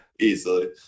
easily